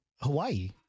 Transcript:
Hawaii